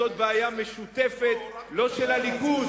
זו בעיה משותפת, לא של הליכוד.